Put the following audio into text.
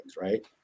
Right